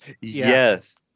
Yes